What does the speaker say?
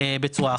בצורה אחרת.